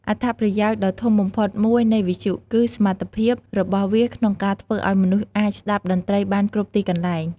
អត្ថប្រយោជន៍ដ៏ធំបំផុតមួយនៃវិទ្យុ គឺសមត្ថភាពរបស់វាក្នុងការធ្វើឲ្យមនុស្សអាច ស្តាប់តន្ត្រីបានគ្រប់ទីកន្លែង។